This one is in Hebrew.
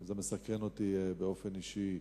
זה מסקרן אותי באופן אישי.